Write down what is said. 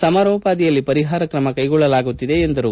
ಸಮಾರೋಪಾದಿಯಲ್ಲಿ ಪರಿಹಾರ ಕ್ರಮ ಕೈಗೊಳ್ಳಲಾಗುತ್ತಿದೆ ಎಂದರು